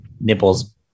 nipples